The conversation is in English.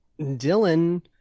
Dylan